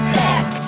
back